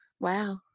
Wow